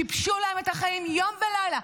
שיבשו להם את החיים יום ולילה?